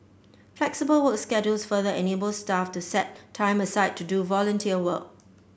flexible work schedules further enable staff to set time aside to do volunteer work